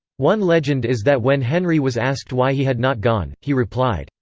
one legend is that when henry was asked why he had not gone, he replied,